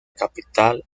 capital